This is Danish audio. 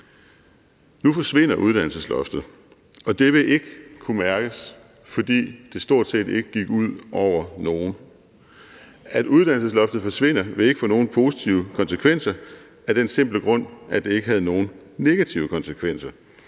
Nu forsvinder uddannelsesloftet, og det vil ikke kunne mærkes, fordi det stort set ikke gik ud over nogen. At uddannelsesloftet forsvinder, vil ikke få nogen positive konsekvenser af den simple grund, at det ikke havde nogen negative konsekvenser,